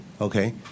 okay